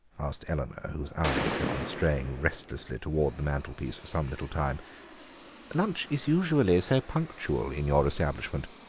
asked eleanor, whose eyes had been straying restlessly towards the mantel-piece for some little time lunch is usually so punctual in your establishment.